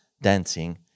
dancing